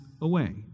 away